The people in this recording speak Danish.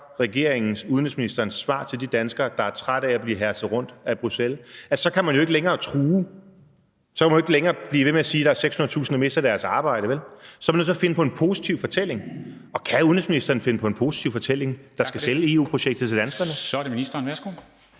regeringens og udenrigsministerens svar til de danskere, der er trætte af at blive herset rundt med af Bruxelles? Så kan man jo ikke længere true. Så kan man jo ikke længere blive ved med at sige, at der er 600.000, der vil miste deres arbejde, vel? Så er man nødt til at finde på en positiv fortælling, og kan udenrigsministeren finde på en positiv fortælling, der kan sælge EU-projektet til danskerne? Kl. 13:27 Formanden (Henrik